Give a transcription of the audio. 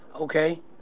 okay